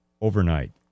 overnight